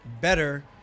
better